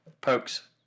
Pokes